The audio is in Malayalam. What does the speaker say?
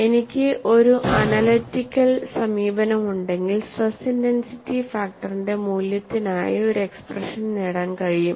എനിക്ക് ഒരു അനാലിറ്റിക്കൽ സമീപനമുണ്ടെങ്കിൽ സ്ട്രെസ് ഇന്റെൻസിറ്റി ഫാക്ടറിന്റെ മൂല്യത്തിനായി ഒരു എക്സ്പ്രഷൻ നേടാൻ കഴിയും